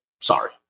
sorry